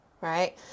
right